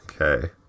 Okay